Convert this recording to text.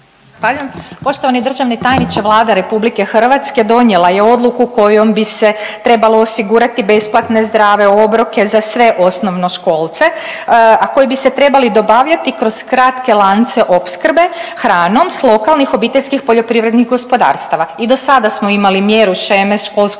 Poštovani državni tajniče, Vlada Republike Hrvatske donijela je odluku kojom bi se trebalo osigurati besplatne zdrave obroke za sve osnovnoškolce, a koji bi se trebali dobavljati kroz kratke lance opskrbe hranom sa lokalnih obiteljskih poljoprivrednih gospodarstava. I do sada smo imali mjeru sheme školskog